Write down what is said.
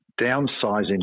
downsizing